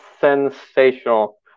sensational